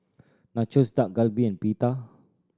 Nachos Dak Galbi and Pita